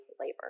labor